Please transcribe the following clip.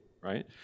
right